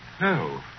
No